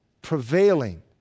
prevailing